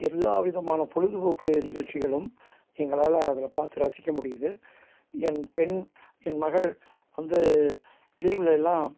எல்லா விதமான பொழுதுபோக்கு நிகழ்ச்சிகளும் எங்களால் அதில் பார்த்து ரசிக்க முடியுது என் பெண் என் மகள் வந்து லீவ்லெல்லாம்